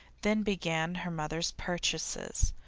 then began her mother's purchases.